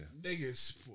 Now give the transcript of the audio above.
Niggas